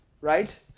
right